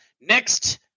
next